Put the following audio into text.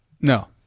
No